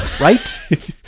right